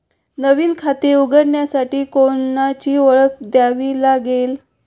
नवीन खाते उघडण्यासाठी कोणाची ओळख द्यावी लागेल का?